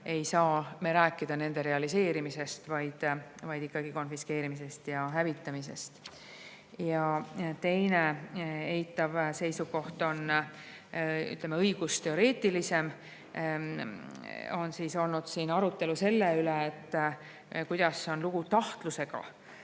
ei saa me rääkida nende realiseerimisest, vaid ikkagi konfiskeerimisest ja hävitamisest. Ja teine eitav seisukoht on õigusteoreetilisem. On olnud arutelu selle üle, et kuidas on lugu tahtlusega.